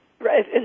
Right